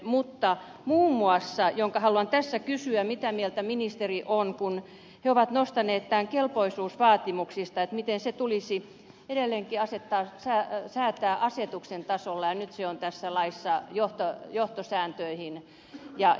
mutta muun muassa sitä haluan tässä kysyä mitä mieltä ministeri on siitä kun he ovat nostaneet esille kelpoisuusvaatimukset miten ne tulisi edelleenkin säätää asetuksen tasolla ja nyt ne ovat tässä laissa johtosäännössä